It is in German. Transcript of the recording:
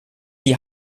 die